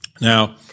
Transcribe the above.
Now